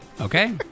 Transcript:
Okay